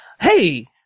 hey